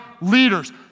leaders